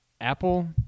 Apple